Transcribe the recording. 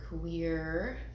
queer